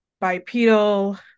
bipedal